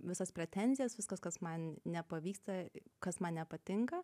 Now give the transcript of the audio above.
visas pretenzijas viskas kas man nepavyksta kas man nepatinka